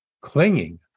Clinging